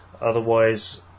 Otherwise